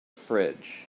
fridge